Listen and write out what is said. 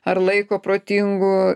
ar laiko protingu